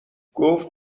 گفت